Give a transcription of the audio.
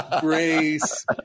grace